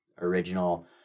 original